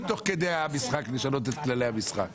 תוך כדי המשחק לשנות את כללי המשחק.